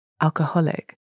alcoholic